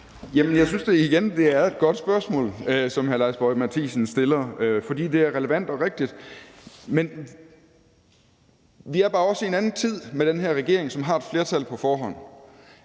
jeg synes igen, at det er et godt spørgsmål, som hr. Lars Boje Mathiesen stiller, for det er relevant og rigtigt. Men vi er bare også i en anden tid med den her regering, som har et flertal på forhånd.